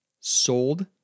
sold